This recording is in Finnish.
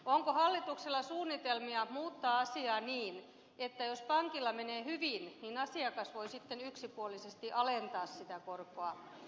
onko hallituksella suunnitelmia muuttaa asiaa niin että jos pankilla menee hyvin niin asiakas voi sitten yksipuolisesti alentaa sitä korkoa